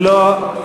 לא.